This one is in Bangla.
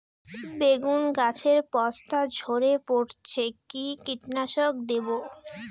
বেগুন গাছের পস্তা ঝরে পড়ছে কি কীটনাশক দেব?